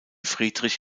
friedrich